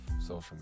social